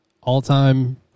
all-time